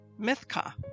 Mithka